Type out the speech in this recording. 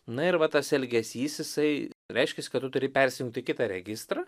na ir va tas elgesys jisai reiškiasi kad turi persijungti į kitą registrą